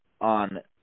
on